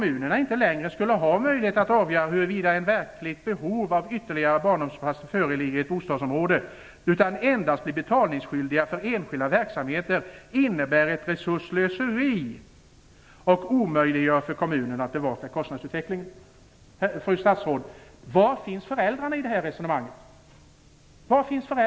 Att kommunerna inte längre skulle ha möjlighet att avgöra huruvida ett verkligt behov av ytterligare barnomsorgsplatser föreligger i olika bostadsområden, utan endast bli betalningsskyldiga för enskilda verksamheter innebär ett resursslöseri och omöjliggör för kommunerna att bevaka kostnadsutvecklingen." Fru statsråd! Var finns föräldrarna i det här resonemanget?